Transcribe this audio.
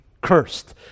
cursed